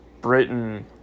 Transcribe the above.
Britain